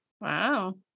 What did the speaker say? Wow